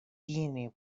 tiene